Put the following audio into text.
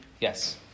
Yes